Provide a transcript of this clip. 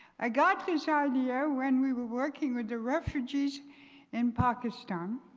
i got this idea when we were working with the refugees in pakistan.